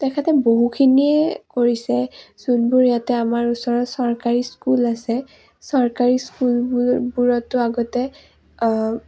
তেখেতে বহুখিনিয়ে কৰিছে যোনবোৰ ইয়াতে আমাৰ ওচৰত চৰকাৰী স্কুল আছে চৰকাৰী স্কুলবোৰ বোৰতো আগতে